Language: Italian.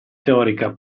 teorica